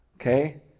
Okay